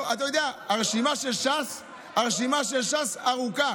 הרשימה של ש"ס ארוכה.